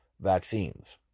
vaccines